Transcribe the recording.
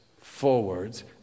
forwards